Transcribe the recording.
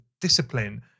discipline